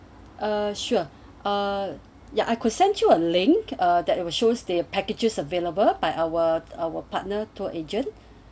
uh sure uh ya I could send you a link uh that it shows they have packages available by our our partner tour agent